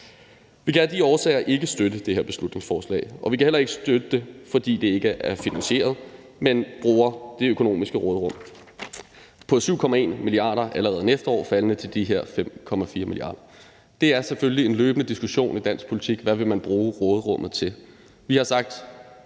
Vi kan af de årsager ikke støtte det her beslutningsforslag, og vi kan heller ikke støtte det, fordi det ikke er finansieret, men bruger det økonomiske råderum på 7,1 mia. kr. allerede næste år faldende til de her 5,4 mia. kr. Det er selvfølgelig en løbende diskussion i dansk politik, hvad man vil bruge råderummet til. Vi har sagt